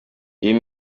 iyo